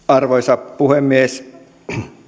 arvoisa puhemies